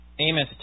Amos